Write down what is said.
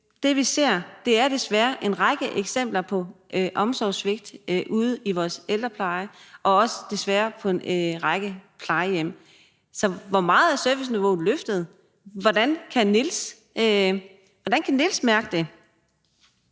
Det, vi ser, er desværre en række eksempler på omsorgssvigt ude i vores ældrepleje og desværre også på en række plejehjem. Så hvor meget er serviceniveauet løftet? Hvordan kan Niels mærke det?